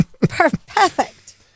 Perfect